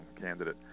candidate